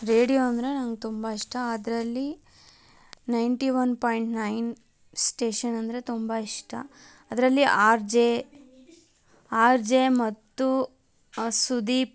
radio ಅಂದರೆ ನನ್ಗೆ ತುಂಬ ಇಷ್ಟ ಅದರಲ್ಲಿ ninety one point nine station ಅಂದರೆ ತುಂಬ ಇಷ್ಟ ಅದರಲ್ಲಿ ಆರ್ ಜೆ ಆರ್ ಜೆ ಮತ್ತು ಸುದೀಪ್